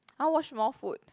I want watch Smallfoot